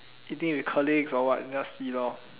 eating with colleagues or what just see lor